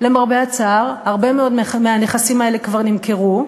למרבה הצער, הרבה מאוד מהנכסים האלה כבר נמכרו,